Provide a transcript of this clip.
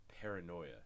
paranoia